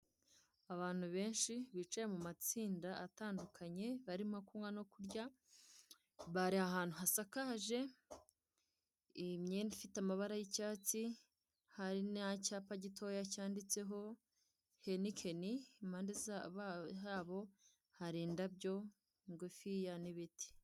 Abantu benshi bicaye mu matsinda atandukanye barimo kunywa no kurya, bari ahantu hasakaje imyenda ifite amabara y'icyatsi hari n'icyapa gitoya cyanditseho heineken, impande habo hari indabyo ngufiya n'ibiti.